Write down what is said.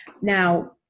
Now